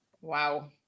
wow